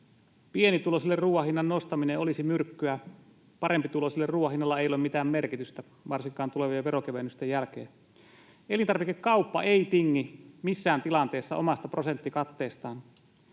Pienituloisille ruuan hinnan nostaminen olisi myrkkyä, parempituloisille ruuan hinnalla ei ole mitään merkitystä varsinkaan tulevien veronkevennysten jälkeen. Elintarvikekauppa ei tingi missään tilanteessa omasta prosenttikatteestaan.